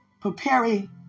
preparing